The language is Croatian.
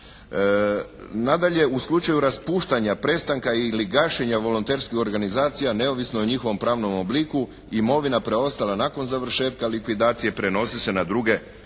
Nadalje u slučaju raspuštanja, prestanka ili gašenja volonterskih organizacija neovisno o njihovom pravnom obliku imovina preostala nakon završetka likvidacije prenosi se na druge